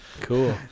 cool